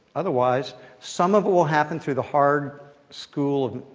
otherwise, some of it will happen through the hard school,